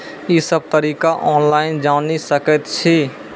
ई सब तरीका ऑनलाइन जानि सकैत छी?